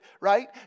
right